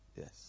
yes